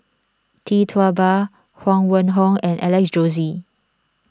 Tee Tua Ba Huang Wenhong and Alex Josey